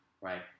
right